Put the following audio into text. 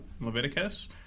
Leviticus